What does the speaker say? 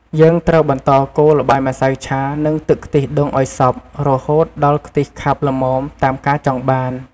យើងត្រូវបន្តកូរល្បាយម្សៅឆានិងទឹកខ្ទិះដូងឲ្យសព្វ រហូតដល់ខ្ទិះខាប់ល្មមតាមការចង់បាន។